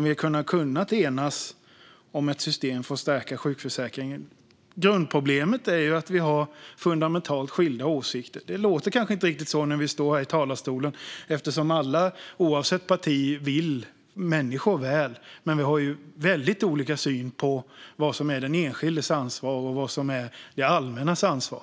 det och kunnat enas om ett system för att stärka sjukförsäkringen. Grundproblemet är att vi har fundamentalt skilda åsikter. Det låter kanske inte riktigt så när vi står här i talarstolen, eftersom alla oavsett parti vill människor väl. Men vi har väldigt olika syn på vad som är den enskildes ansvar och vad som är det allmännas ansvar.